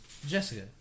Jessica